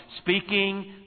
Speaking